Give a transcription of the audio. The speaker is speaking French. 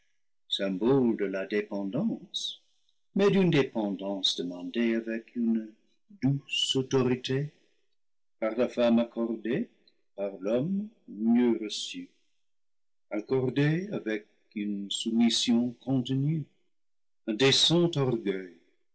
symbole de la dépendance mais d'une dépendance demandée avec une douce autorité par la femme accordée par l'homme mieux reçue accordée avec une soumission contenue un décent orgueil